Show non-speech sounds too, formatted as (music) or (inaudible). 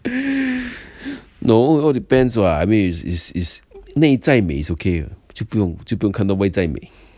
(breath) no all depends what I mean is is is 内在美 is okay 就不用就不用看到外在美